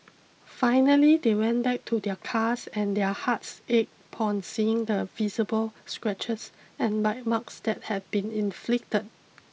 finally they went back to their cars and their hearts ached upon seeing the visible scratches and bite marks that had been inflicted